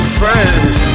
friends